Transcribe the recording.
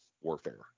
warfare